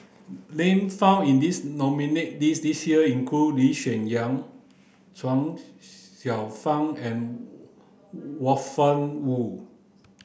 name found in this nominees' list this year include Lee Hsien Yang Chuang Xiao Fang and Were Woon